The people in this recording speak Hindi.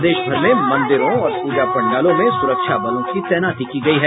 प्रदेशभर में मंदिरों और पूजा पंडालों में सुरक्षाबलों की तैनाती की गयी है